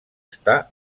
està